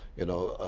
you know,